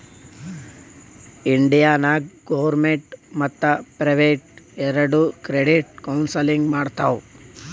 India ನಾಗ್ government ಮತ್ತ private ಎರೆಡು ಕ್ರೆಡಿಟ್ ಕೌನ್ಸಲಿಂಗ್ ಮಾಡ್ತಾವ್